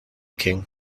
king